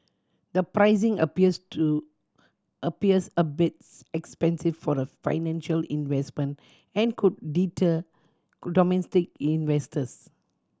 the pricing appears to appears a bit expensive for a financial investment and could deter domestic investors